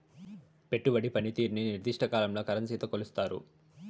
పెట్టుబడి పనితీరుని నిర్దిష్ట కాలంలో కరెన్సీతో కొలుస్తారు